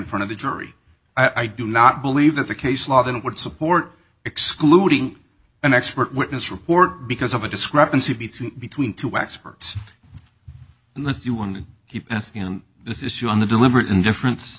front of the jury i do not believe that the case law then would support excluding an expert witness report because of a discrepancy between between two experts unless you want to keep this issue on the deliberate indifference